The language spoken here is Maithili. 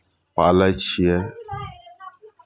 पालै छियै